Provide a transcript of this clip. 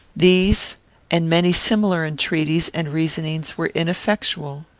these and many similar entreaties and reasonings were ineffectual.